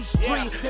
street